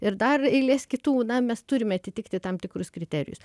ir dar eilės kitų na mes turime atitikti tam tikrus kriterijus